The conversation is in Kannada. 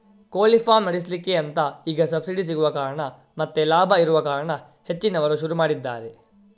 ಕೋಳಿ ಫಾರ್ಮ್ ನಡೆಸ್ಲಿಕ್ಕೆ ಅಂತ ಈಗ ಸಬ್ಸಿಡಿ ಸಿಗುವ ಕಾರಣ ಮತ್ತೆ ಲಾಭ ಇರುವ ಕಾರಣ ಹೆಚ್ಚಿನವರು ಶುರು ಮಾಡಿದ್ದಾರೆ